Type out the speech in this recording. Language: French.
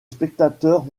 spectateur